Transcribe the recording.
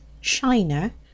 Shiner